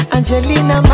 Angelina